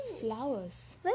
flowers